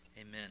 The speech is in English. Amen